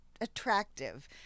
attractive